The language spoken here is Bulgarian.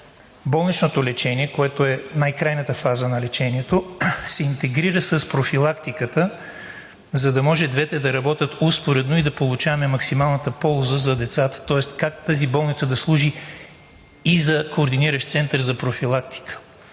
болничното лечение, което е най крайната фраза на лечението, се интегрира с профилактиката, за да може двете да работят успоредно и да получаваме максималната полза за децата. Тоест, как тази болница да служи и за координиращ център за профилактика.